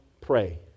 pray